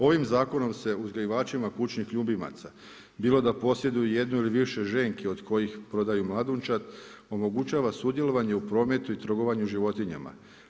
Ovim zakonom se uzgajivačima kućnih ljubimaca, bilo da posjeduje jedu ili više ženki od koji prodaju mladunčad, omogućava sudjelovanje u prometu i trgovanju životinjama.